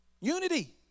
Unity